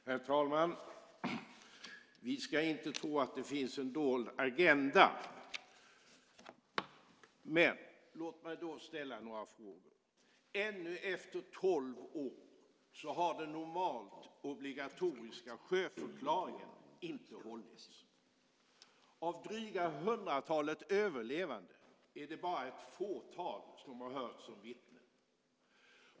Herr talman! Vi ska inte tro att det finns en dold agenda. Låt mig då ställa några frågor. Ännu efter tolv år har den normalt obligatoriska sjöförklaringen inte hållits. Av drygt hundratalet överlevande är det bara ett fåtal som har hörts som vittnen.